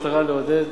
המטרה לעודד,